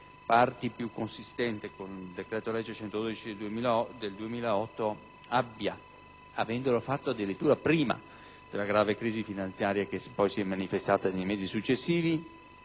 parti più consistenti con il decreto-legge n. 112 del 2008, addirittura prima della grave crisi finanziaria che si è manifestata nei mesi successivi,